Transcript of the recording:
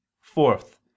Fourth